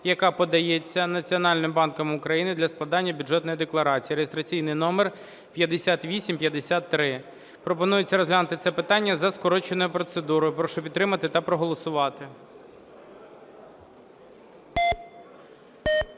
яка подається Національним банком України для складання Бюджетної декларації (реєстраційний номер 5853). Пропонується розглянути це питання за скороченою процедурою. Прошу підтримати та проголосувати.